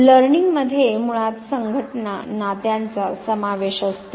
शिकण्यामधे मुळात संघटना नात्यांचा समावेश असतो